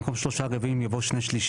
במקום 'שלושה רבעים' יבוא 'שני שלישים'.